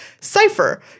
Cipher